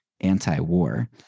anti-war